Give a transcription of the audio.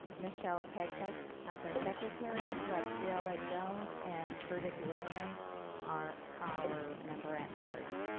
michelle paycheck as our secretary, gabriela jones and curtis williams are our member at large.